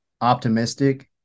optimistic